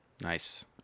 Nice